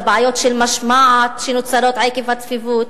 לבעיות של משמעת שנוצרות עקב הצפיפות,